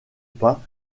pas